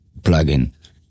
plugin